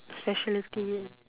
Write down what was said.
speciality yeah